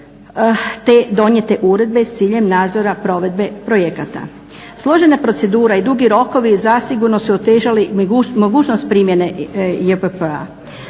te donijete uredbe s ciljem nadzora provedbe projekata. Složena procedura i dugi rokovi zasigurno su otežali mogućnost primjene JPP-a.